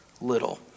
little